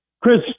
chris